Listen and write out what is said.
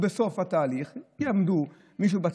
בסוף התהליך יעמוד מישהו בצד,